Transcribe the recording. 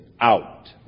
out